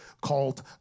called